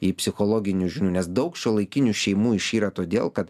į psichologinių žinių nes daug šiuolaikinių šeimų išyra todėl kad